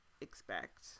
expect